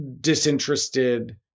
disinterested